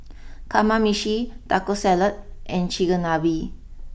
Kamameshi Taco Salad and Chigenabe